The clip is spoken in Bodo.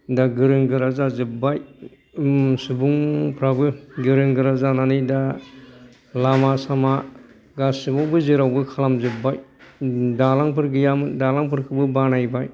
दा गोरों गोरा जाजोब्बाय सुबुंफ्राबो गोरों गोरा जानानै दा लामा सामा गासिबावबो जेरावबो खालामजोब्बाय दालांफोर गैयामोन दालांफोरखौबो बानायबाय